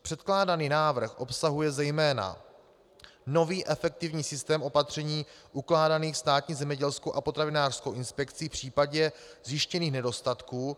Předkládaný návrh obsahuje zejména nový efektivní systém opatření ukládaných Státní zemědělskou a potravinářskou inspekcí v případě zjištění nedostatků.